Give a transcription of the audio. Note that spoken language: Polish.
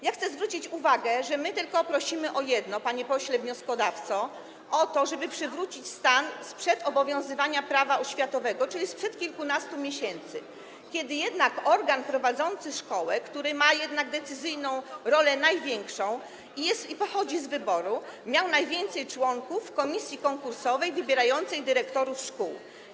Ja chcę zwrócić uwagę, że my tylko prosimy o jedno, panie pośle wnioskodawco, o to, żeby przywrócić stan sprzed obowiązywania Prawa oświatowego, czyli sprzed kilkunastu miesięcy, kiedy organ prowadzący szkołę, który ma jednak największą rolę decyzyjną i pochodzi z wyboru, miał najwięcej członków w komisji konkursowej wybierającej dyrektorów szkół.